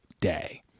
day